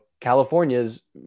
California's